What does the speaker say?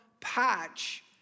patch